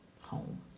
home